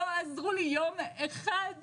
לא עזרו לי יום אחד,